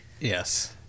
Yes